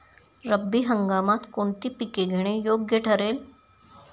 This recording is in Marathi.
रब्बी हंगामात कोणती पिके घेणे योग्य ठरेल?